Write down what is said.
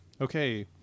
Okay